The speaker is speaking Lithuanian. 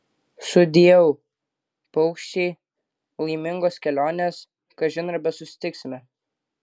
sudieu paukščiai laimingos kelionės kažin ar besusitiksime